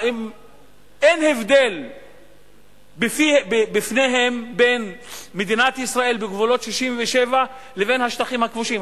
אין הבדל בפניהם בין מדינת ישראל בגבולות 67' לבין השטחים הכבושים,